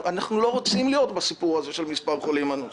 אנחנו לא רוצים להיות בסיפור של מספר גבוה של חולים אנוש.